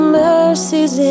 mercies